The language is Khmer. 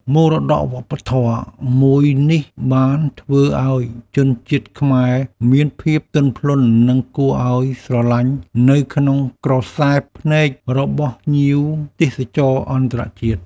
មរតកវប្បធម៌មួយនេះបានធ្វើឱ្យជនជាតិខ្មែរមានភាពទន់ភ្លន់និងគួរឱ្យស្រឡាញ់នៅក្នុងក្រសែភ្នែករបស់ភ្ញៀវទេសចរអន្តរជាតិ។